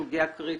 זו סוגיה קריטית.